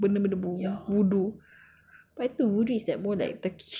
serious dia orang sabah also believe in benda-benda voodoo